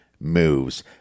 moves